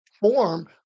form